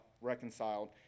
reconciled